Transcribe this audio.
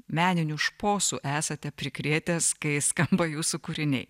meninių šposų esate prikrėtęs kai skamba jūsų kūriniai